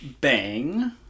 bang